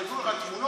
עוד יוציאו לך תמונות